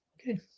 Okay